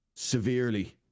Severely